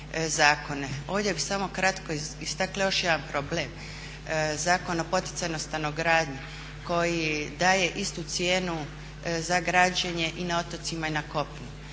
Ovdje bih samo kratko istakla još jedan problem, Zakon o poticajnoj stanogradnji koji daje istu cijenu za građenje i na otocima i na kopno.